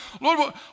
Lord